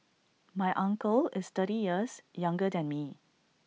my uncle is thirty years younger than me